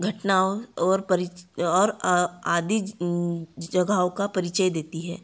घटनाओं और परिचय और आदि जगहों का परिचय देती है